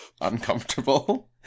uncomfortable